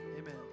Amen